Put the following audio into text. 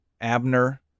Abner